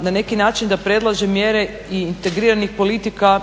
na neki način da predlaže mjere i integriranih politika